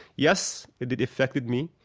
yes, it affected me,